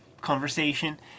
conversation